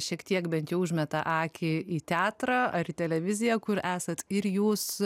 šiek tiek bent jau užmeta akį į teatrą ar televiziją kur esat ir jūs